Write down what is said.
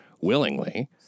willingly